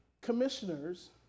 commissioners